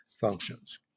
functions